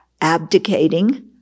abdicating